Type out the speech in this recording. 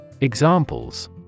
Examples